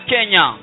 Kenya